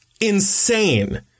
insane